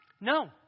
No